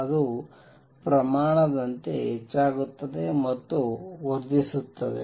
ಅದು ಪ್ರಯಾಣದಂತೆ ಹೆಚ್ಚಾಗುತ್ತದೆ ಮತ್ತು ಅದು ವರ್ಧಿಸುತ್ತದೆ